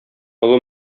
олы